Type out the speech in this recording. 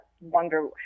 wonder